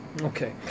Okay